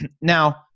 now